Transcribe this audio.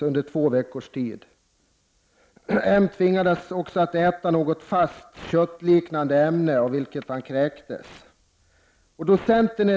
M tvingades också äta något fast, köttliknande ämne av vilket han kräktes.